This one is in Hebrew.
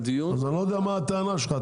אז אני לא יודע מה הטענה שלך,